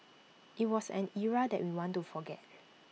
IT was an era that we want to forget